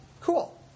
cool